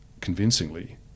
convincingly